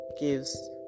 gives